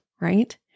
right